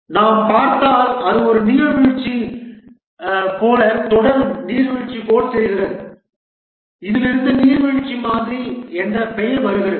நாம் பார்த்தால் அது ஒரு நீர்வீழ்ச்சியைப் போல தொடர் நீர்வீழ்ச்சியைப் போல் தெரிகிறது இதிலிருந்து நீர்வீழ்ச்சி மாதிரி என்ற பெயர் வருகிறது